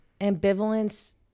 ambivalence